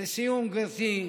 לסיום, גברתי,